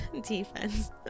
Defense